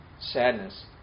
Sadness